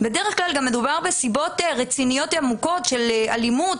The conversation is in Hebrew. בדרך כלל גם מדובר בסיבות רציניות עמוקות של אלימות,